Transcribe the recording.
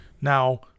Now